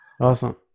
Awesome